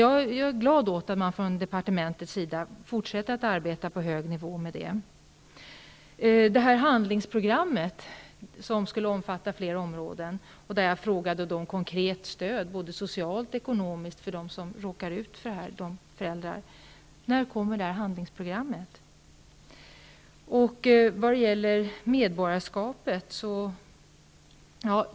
Jag är glad att man från departementets sida fortsätter att arbeta på hög nivå med det. När kommer det handlingsprogram som skulle omfatta flera områden? Jag frågade efter konkret socialt och ekonomiskt stöd till de föräldrar som råkar ut för detta.